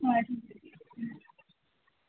हां ठीक आहे